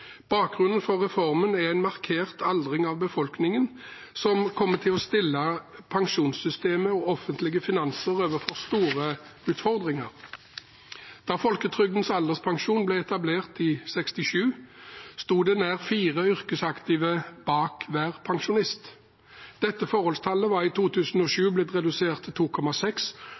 Bakgrunnen for reformen er en markert aldring av befolkningen, som kommer til å stille pensjonssystemet og offentlige finanser overfor store utfordringer. Da folketrygdens alderspensjon ble etablert i 1967, sto det nær fire yrkesaktive bak hver pensjonist. Dette forholdstallet var i 2007 blitt redusert til 2,6,